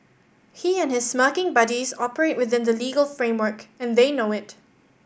he and his smirking buddies operate within the legal framework and they know it